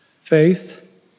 faith